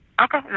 okay